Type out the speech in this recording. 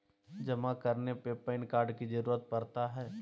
जमा करने में पैन कार्ड की जरूरत पड़ता है?